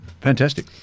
Fantastic